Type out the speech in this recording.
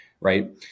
right